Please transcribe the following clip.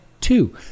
Two